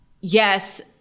yes